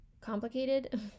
Complicated